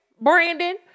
Brandon